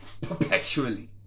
perpetually